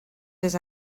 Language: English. does